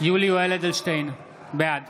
יולי יואל אדלשטיין, בעד